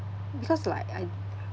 because like I